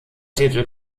titel